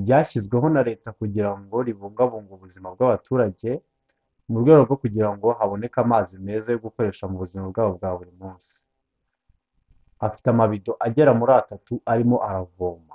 ryashyizweho na leta kugira ngo ribungabunge ubuzima bw'abaturage, mu rwego rwo kugira ngo haboneke amazi meza yo gukoresha mu buzima bwabo bwa buri munsi. Afite amabido agera muri atatu arimo aravoma.